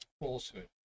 falsehood